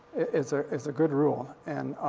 it's a it's a good rule. and,